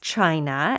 China